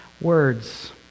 words